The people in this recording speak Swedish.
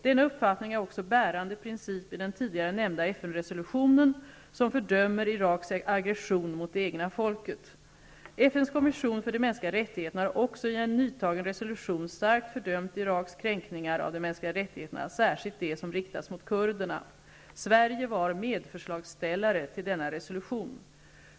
Denna uppfattning är också en bärande princip i den tidigare nämnda FN FN:s kommission för de mänskliga rättigheterna har också i en nyantagen resolution starkt fördömt Iraks kränkningar av de mänskliga rättigheterna, särskilt de kränkningar som riktats mot kurderna. Sverige var medförslagsställare beträffande denna resolution.